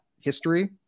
history